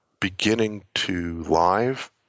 beginning-to-live